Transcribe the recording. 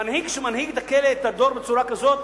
מנהיג שמנהיג את הדור בצורה כזאת